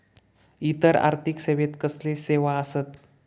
इतर आर्थिक सेवेत कसले सेवा आसत?